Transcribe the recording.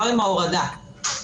לא עם ההורדה שלה.